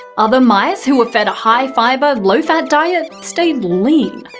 other mice, who were fed a high-fibre, low-fat diet, stayed lean.